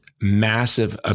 massive